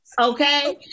okay